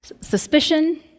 Suspicion